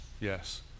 yes